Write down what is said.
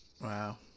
Wow